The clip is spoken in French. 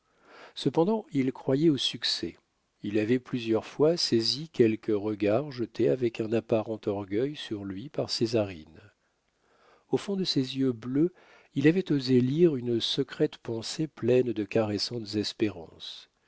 cependant il croyait au succès il avait plusieurs fois saisi quelques regards jetés avec un apparent orgueil sur lui par césarine au fond de ses yeux bleus il avait osé lire une secrète pensée pleine de caressantes espérances